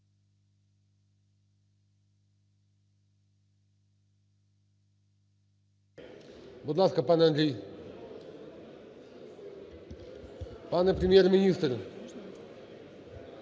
Будь ласка, пане Андрій. Пане Прем'єр-міністр,